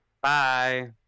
Bye